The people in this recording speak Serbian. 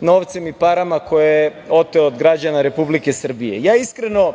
novcem i parama koje je oteo od građana Republike Srbije. Iskreno,